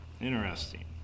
Interesting